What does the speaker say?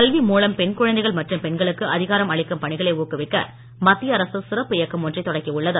கல்வி மூலம் பெண் குழந்தைகள் மற்றும் பெண்களுக்கு அதிகாரம் அளிக்கும் பணிகளை ஊக்குவிக்க மத்திய அரசு சிறப்பு இயக்கம் ஒன்றை தொடக்கி உள்ளது